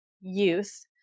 youth